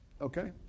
okay